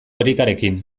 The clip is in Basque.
erikarekin